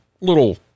little